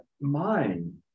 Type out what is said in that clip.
mind